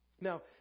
Now